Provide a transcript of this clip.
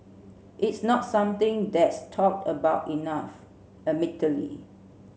it's not something that's talked about enough admittedly